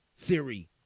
theory